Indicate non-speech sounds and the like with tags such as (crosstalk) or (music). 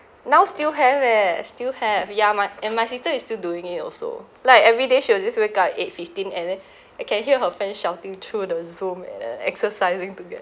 now still have eh still have yeah my and my sister is still doing it also like everyday she will just wake up at eight fifteen and then (breath) I can hear her friend shouting through the zoom and then exercising together